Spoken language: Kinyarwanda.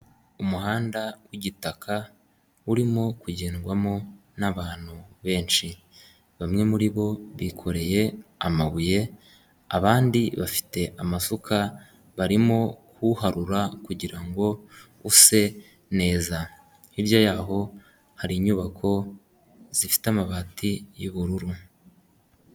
Umuhanda w'igitaka urimo kugendwamo n'abantu benshi, bamwe muri bo bikoreye amabuye abandi bafite amasuka barimo kuwuharura kugirango use neza hirya yaho hari inyubako zifite amabati y'ubururu.